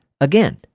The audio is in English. again